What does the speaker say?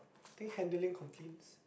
think handling complaints